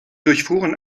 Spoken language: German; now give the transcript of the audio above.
durchfuhren